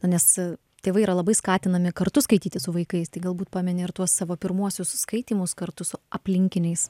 na nes tėvai yra labai skatinami kartu skaityti su vaikais tai galbūt pameni ir tuos savo pirmuosius skaitymus kartu su aplinkiniais